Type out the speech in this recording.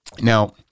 Now